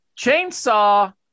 Chainsaw